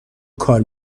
کار